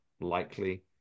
likely